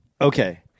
Okay